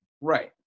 Right